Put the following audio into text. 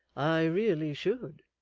i really should.